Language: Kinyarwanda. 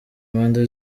impande